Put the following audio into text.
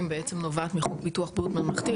בעצם נובעת מחוק ביטוח בריאות ממלכתי.